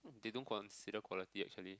they don't consider quality actually